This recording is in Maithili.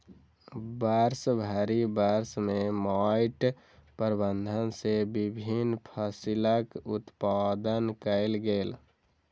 वर्षभरि वर्ष में माइट प्रबंधन सॅ विभिन्न फसिलक उत्पादन कयल गेल